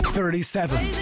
Thirty-seven